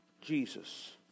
Jesus